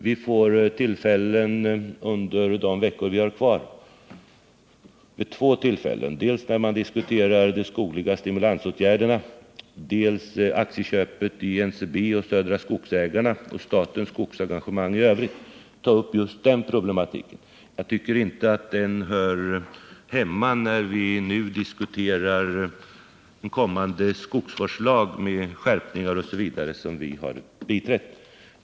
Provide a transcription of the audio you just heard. Under de veckor riksdagen har kvar får vi vid två tillfällen — dels när vi diskuterar de skogliga stimulansåtgärderna, dels när vi diskuterar aktieköpet i NCB och Södra skogsägarna samt statens skogsengagemang i övrigt — ta upp just den problematiken. Jag tycker däremot inte att den hör hemma här, när vi diskuterar den kommande skogsvårdslagen, dess verkningar osv., som vi har biträtt.